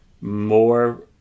more